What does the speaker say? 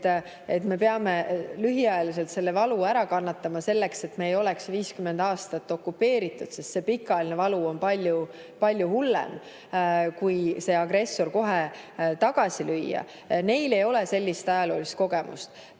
me peame lühiajaliselt selle valu ära kannatama, selleks et me ei oleks 50 aastat okupeeritud, sest pikaajaline valu on palju hullem, kui agressorit kohe tagasi ei lööda. Neil ei ole sellist ajaloolist kogemust. Tõsi